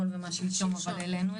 שלשום.